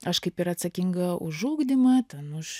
aš kaip ir atsakinga už ugdymą ten už